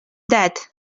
that